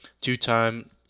Two-time